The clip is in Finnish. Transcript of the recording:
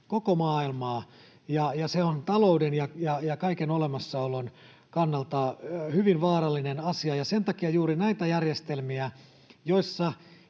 koko maailmaa, ja se on talouden ja kaiken olemassaolon kannalta hyvin vaarallinen asia. Sen takia juuri nämä järjestelmät, joissa